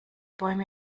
bäume